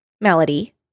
Melody